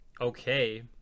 okay